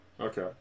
Okay